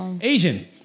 Asian